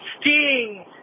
Sting